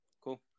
Cool